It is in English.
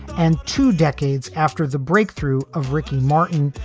and two decades after the breakthrough of ricky martin,